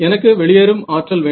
எனக்கு வெளியேறும் ஆற்றல் வேண்டும்